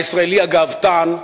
הישראלי הגאוותן,